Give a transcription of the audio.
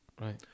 Right